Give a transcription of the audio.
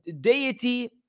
deity